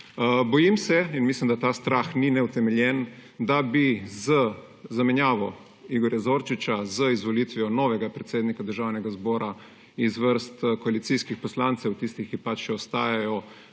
Bojim se in mislim, da ta strah ni neutemeljen, da bi z zamenjavo Igorja Zorčiča, z izvolitvijo novega predsednika Državnega zbora iz vrst koalicijskih poslancev, tistih, ki pač še ostajajo,